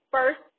First